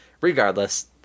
Regardless